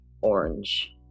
orange